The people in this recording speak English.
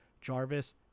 Jarvis